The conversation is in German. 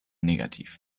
negativ